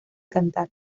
cantar